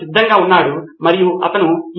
సిద్ధార్థ్ మాతురి నిజమే